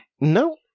no